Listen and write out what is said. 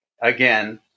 Again